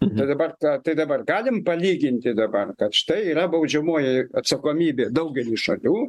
tai dabar ta tai dabar galim palyginti dabar kad štai yra baudžiamoji atsakomybė daugely šalių